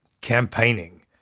campaigning